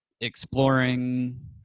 exploring